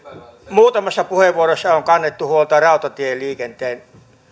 muutamassa puheenvuorossa on kannettu huolta rautatieliikenteen